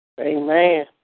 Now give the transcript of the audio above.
Amen